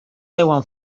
deuen